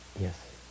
Yes